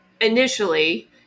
initially